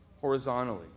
horizontally